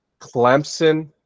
Clemson